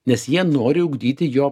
nes jie nori ugdyti jo